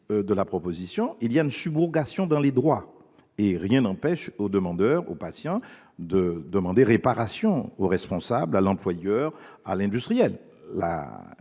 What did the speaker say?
de la proposition de loi prévoit une subrogation dans les droits. Rien n'empêche au demandeur, au patient, de demander réparation au responsable, employeur, industriel.